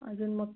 अजून मग